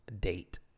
date